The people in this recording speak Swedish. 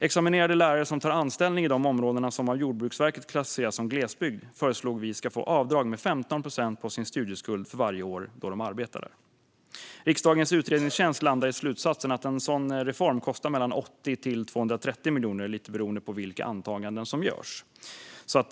Examinerade lärare som tar anställning i de områden som av Jordbruksverket klassificeras som glesbygd föreslår vi ska få avdrag med 15 procent på sin studieskuld för varje år de arbetar där. Riksdagens utredningstjänst landar i slutsatsen att en sådan reform kostar mellan 80 och 230 miljoner, beroende på vilka antaganden som görs.